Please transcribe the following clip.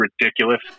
ridiculous